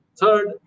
Third